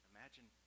Imagine